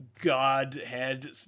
Godhead